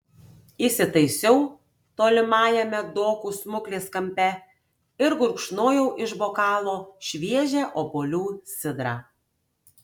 įsitaisiau tolimajame dokų smuklės kampe ir gurkšnojau iš bokalo šviežią obuolių sidrą